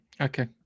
Okay